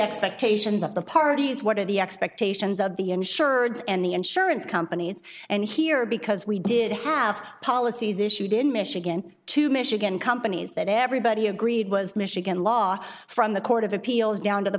expectations of the parties what are the expectations of the insured and the insurance companies and here because we did have policies issued in michigan to michigan companies that everybody agreed was michigan law from the court of appeals down to the